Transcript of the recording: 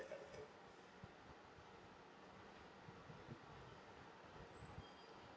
that